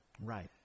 Right